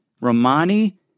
Romani